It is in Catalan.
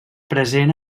present